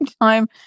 time